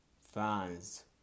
fans